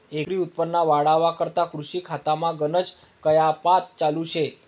एकरी उत्पन्न वाढावा करता कृषी खातामा गनज कायपात चालू शे